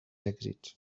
èxits